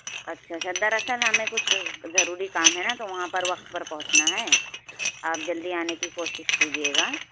اچھا اچھا دراصل ہمیں کچھ ضروری کام ہے نا تو وہاں پر وقت پر پہنچنا ہے آپ جلدی آنے کی کوشش کیجیے گا